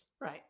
Right